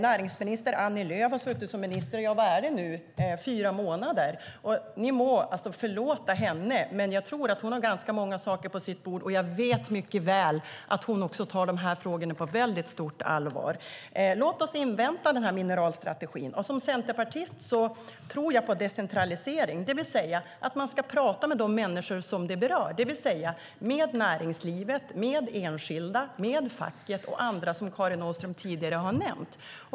Näringsminister Annie Lööf har suttit som minister i fyra månader. Ni må förlåta henne, men jag tror att hon har ganska många saker på sitt bord. Jag vet mycket väl att hon tar dessa frågor på stort allvar. Låt oss invänta mineralstrategin! Som centerpartist tror jag på decentralisering, det vill säga att man ska tala med de människor som det berör. Man ska alltså tala med näringslivet, med enskilda, med facket och med andra som Karin Åström tidigare har nämnt.